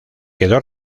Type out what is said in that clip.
quedó